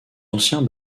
ancien